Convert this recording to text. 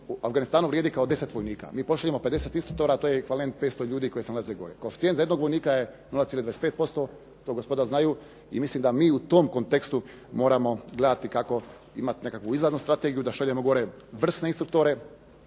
u Afganistanu vrijedi kao 10 vojnika. Mi pošaljemo 50 instruktora to je ekvivalent 500 ljudi koji se nalaze gore. Koeficijent za jednog vojnika je 0,25%, to gospoda znaju i mislim da mi u tom kontekstu moramo gledati kako imati nekakvu izlaznu strategiju da šaljemo gore vrsne instruktore